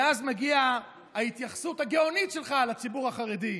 ואז מגיעה ההתייחסות הגאונית שלך לציבור החרדי: